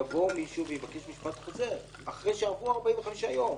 יבוא מישהו ויבקש משפט חוזר אחרי שעברו 45 יום